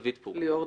--- ליאור,